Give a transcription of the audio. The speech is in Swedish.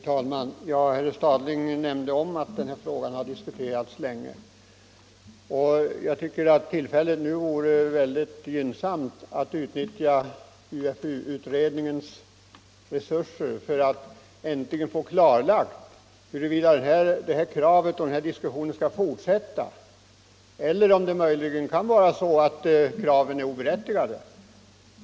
Herr talman! Herr Stadling nämnde att denna fråga har diskuterats länge. Det är riktigt och jag tycker att tillfället nu vore mycket gynnsamt att utnyttja UFU:s resurser för att äntligen få klarlagt huruvida den här diskussionen skall fortsätta eller om det möjligen kan vara så att kraven är oberättigade.